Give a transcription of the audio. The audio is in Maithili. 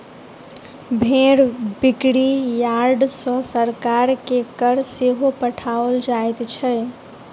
भेंड़ बिक्री यार्ड सॅ सरकार के कर सेहो पठाओल जाइत छै